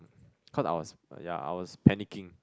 cause I was ya I was panicking